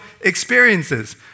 experiences